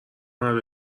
مرد